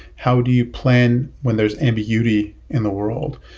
how do you plan when there's ambiguity in the world?